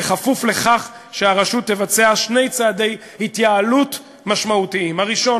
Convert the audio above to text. בכפוף לכך שהרשות תבצע שני צעדי התייעלות משמעותיים: הראשון,